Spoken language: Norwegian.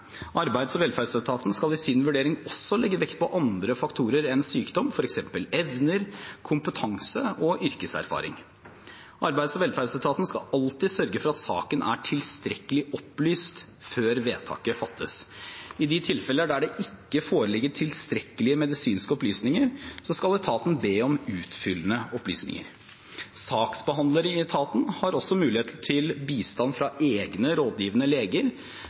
Arbeids- og velferdsetaten skal i sin vurdering også legge vekt på andre faktorer enn sykdom, f.eks. evner, kompetanse og yrkeserfaring. Arbeids- og velferdsetaten skal alltid sørge for at saken er tilstrekkelig opplyst før vedtaket fattes. I de tilfeller der det ikke foreligger tilstrekkelige medisinske opplysninger, skal etaten be om utfyllende opplysninger. Saksbehandlere i etaten har også mulighet til bistand fra egne rådgivende leger